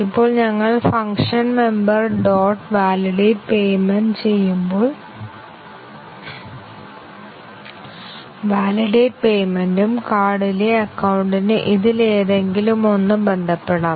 ഇപ്പോൾ ഞങ്ങൾ function member dot validate payment ചെയ്യുമ്പോൾ വാലിഡേറ്റ് പേയ്മെന്റും കാർഡിലെ അക്കൌണ്ടിന് ഇതിലേതെങ്കിലുമൊന്ന് ബന്ധപ്പെടാം